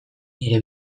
nire